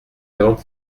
avant